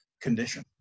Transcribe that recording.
condition